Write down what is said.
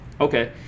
okay